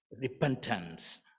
Repentance